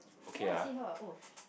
I wanna see how your oh shit